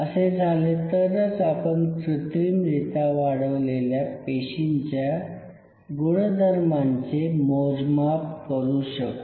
असे झाले तरच आपण कृत्रिमरित्या वाढवलेल्या पेशींच्या गुणधर्मांचे मोजमाप करू शकू